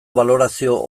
balorazio